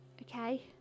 Okay